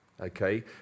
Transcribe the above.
Okay